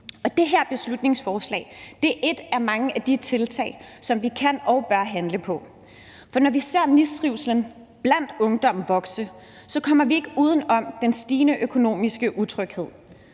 det her beslutningsforslag er et af mange af de tiltag, som vi kan og bør handle på, for når vi ser mistrivslen blandt ungdommen vokse, kommer vi ikke uden om den stigende økonomiske utryghed.